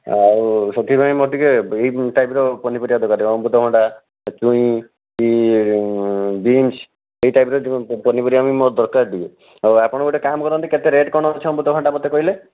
ଆଉ ସେଥିପାଇଁ ମୋର ଟିକିଏ ଏଇ ଟାଇପ୍ର ପନିପରିବା ଦରକାର ଅମୃତ ଭଣ୍ଡା ଛୁଇଁ ବିନ୍ସ୍ ସେଇ ଟାଇପ୍ର ପନିପରିବା ମୋର ଦରକାର ଟିକିଏ ଆଉ ଆପଣ ଗୋଟେ କାମ କରନ୍ତୁ କେତେ ରେଟ୍ କ'ଣ ଅଛି ଅମୃତଭଣ୍ଡା ମତେ କହିଲେ